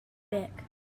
back